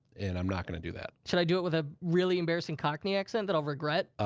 and i'm not gonna do that. should i do it with a really embarrassing cockney accent that i'll regret?